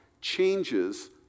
changes